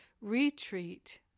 Retreat